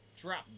drop